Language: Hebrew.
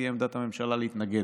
תהיה עמדת הממשלה להתנגד.